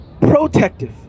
protective